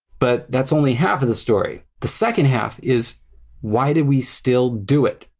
but that's only half of the story. the second half is why do we still do it?